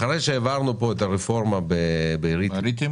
אחרי שהעברנו את הרפורמה עם הריטים,